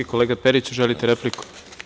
Kolega Periću, želite repliku?